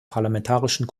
parlamentarischen